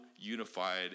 unified